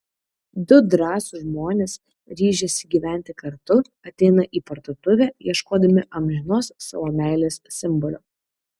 du drąsūs žmonės ryžęsi gyventi kartu ateina į parduotuvę ieškodami amžinos savo meilės simbolio